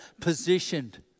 positioned